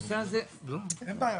מעבירה